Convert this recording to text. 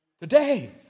Today